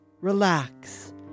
relax